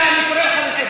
אל תכעס.